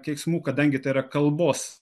keiksmų kadangi tai yra kalbos